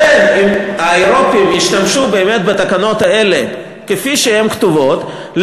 האירופים ישתמשו באמת בתקנות האלה כפי שהן כתובות,